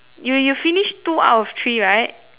you you finish two out of three right